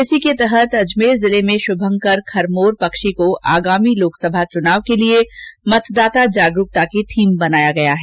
इसी के तहत अजमेर जिले में श्भंकर खरमोर पक्षी को आगामी लोकसभा चुनाव के लिए मतदान जागरूकता की थीम बनाया गया है